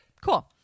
cool